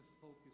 focus